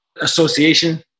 association